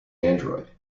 android